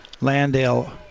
Landale